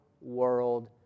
world